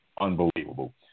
unbelievable